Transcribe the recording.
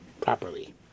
properly